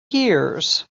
years